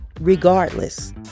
regardless